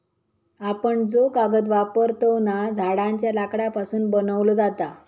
आपण जो कागद वापरतव ना, झाडांच्या लाकडापासून बनवलो जाता